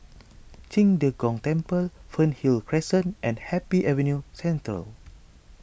Qing De Gong Temple Fernhill Crescent and Happy Avenue Central